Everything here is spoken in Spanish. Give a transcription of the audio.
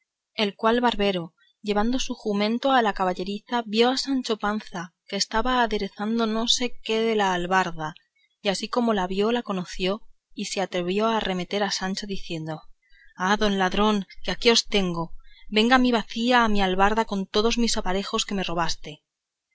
el cual barbero llevando su jumento a la caballeriza vio a sancho panza que estaba aderezando no sé qué de la albarda y así como la vio la conoció y se atrevió a arremeter a sancho diciendo ah don ladrón que aquí os tengo venga mi bacía y mi albarda con todos mis aparejos que me robastes